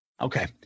Okay